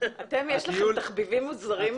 היה --- אתם יש לכם תחביבים מוזרים.